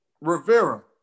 Rivera